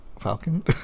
Falcon